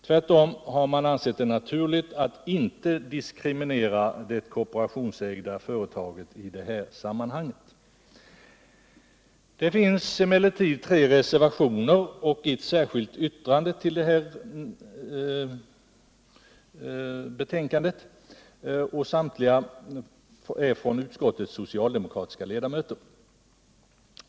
Tvärtom har man ansett det naturligt att inte diskriminera det kooperationsägda företaget i det sammanhanget. Det finns emellertid tre reservationer och ett särskilt yttrande fogade till föreliggande betänkande, samtliga avgivna av utskottets socialdemokratiska ledamöter.